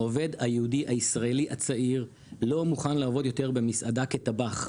העובד היהודי הישראלי הצעיר לא מוכן לעבוד יותר במסעדה כטבח,